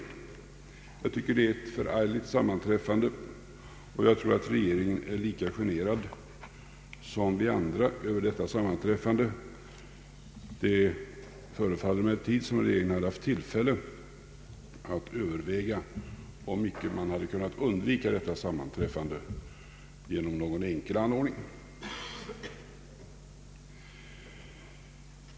Jag tycker att det är ett förargligt sammanträffande, och jag tror att regeringen är lika generad som vi andra över detta sammanträffande. Det förefaller emellertid som om regeringen har haft tillfälle att överväga om man inte hade kunnat undvika detta genom någon enkel anordning.